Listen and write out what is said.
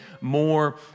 more